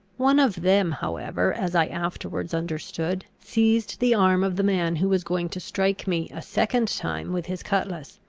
one of them however, as i afterwards, understood seized the arm of the man who was going to strike me a second time with his cutlass,